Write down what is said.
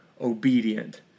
obedient